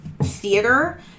theater